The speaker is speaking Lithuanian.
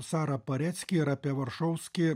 sara parecki ir apie varšovski